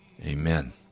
Amen